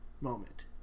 moment